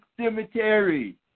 cemetery